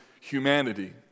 humanity